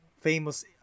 famous